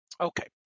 Okay